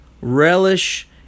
Relish